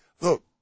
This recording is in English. look